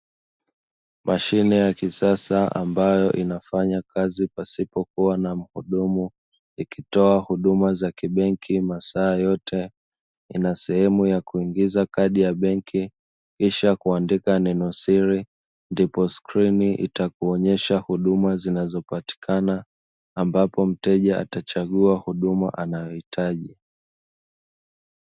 Mashine yakisasa ambayo inafanya kazi pasipo kuwa na muhudumu ikitoa huduma za kibenki masaa yote, inasehemu ya kuingiza kadi ya benki kisha kuandika neno siri ndipo skrini itakuonyesha huduma zinazopatikana ambapo mteja atachagua huduma anayoihitaji.